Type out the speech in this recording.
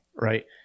right